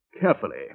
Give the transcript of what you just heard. Carefully